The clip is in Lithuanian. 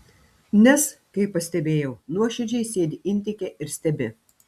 nes kaip pastebėjau nuoširdžiai sėdi intike ir stebi